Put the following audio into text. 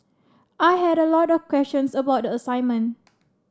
I had a lot of questions about the assignment